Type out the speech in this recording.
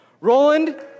Roland